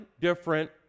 different